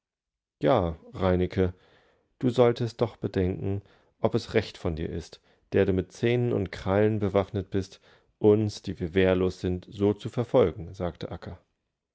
ja reineke du solltest doch bedenken ob es recht von dir ist der du mit zähnen und krallen bewaffnet bist uns die wir wehrlos sind so zu verfolgen sagte